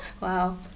Wow